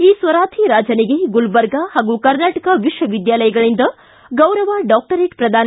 ಈ ಸ್ವರಾಧಿರಾಜನಿಗೆ ಗುಲ್ಬರ್ಗಾ ಹಾಗೂ ಕರ್ನಾಟಕ ವಿಶ್ವವಿದ್ಯಾಲಯಗಳಿಂದ ಗೌರವ ಡಾಕ್ಟರೇಟ್ ಪ್ರದಾನ